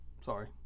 sorry